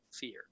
Fear